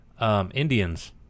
Indians